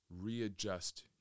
readjust